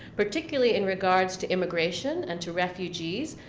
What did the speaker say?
particularly in regards to immigration, and to refuges,